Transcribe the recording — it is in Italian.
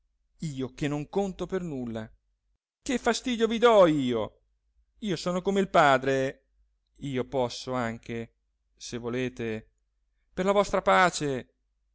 io che non conto per nulla che fastidio vi do io io sono come il padre io posso anche se volete per la vostra pace